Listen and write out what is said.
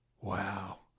Wow